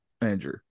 Andrew